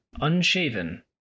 unshaven